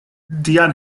dian